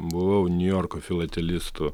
buvau niujorko filatelistų